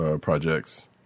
projects